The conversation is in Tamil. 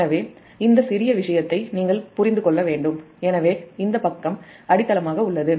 எனவே இந்த சிறிய விஷயத்தை நீங்கள் புரிந்து கொள்ள வேண்டும் இந்த பக்கம் அடித்தளமாக உள்ளது